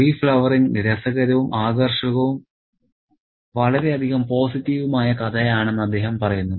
reflowering രസകരവും ആകർഷകവും വളരെയധികം പോസിറ്റീവുമായ കഥയാണെന്ന് അദ്ദേഹം പറയുന്നു